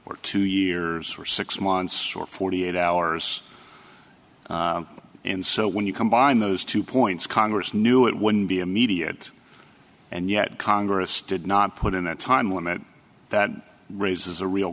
or two years or six months or forty eight hours and so when you combine those two points congress knew it wouldn't be immediate and yet congress did not put in a time limit that raises a real